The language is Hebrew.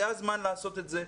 זה הזמן לעשות את זה.